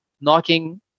knocking